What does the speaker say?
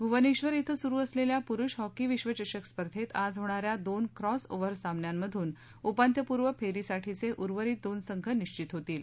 भुवनेक्षर इथं सुरु असलेल्या पुरुष हॉकी विक्षचषक स्पर्धेत आज होणा या दोन क्रॉस ओव्हर सामन्यांमधून उपांत्यपूर्व फेरीसाठीचे उर्वरित दोन संघ निश्चित होतील